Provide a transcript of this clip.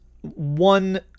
one